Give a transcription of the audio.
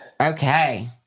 Okay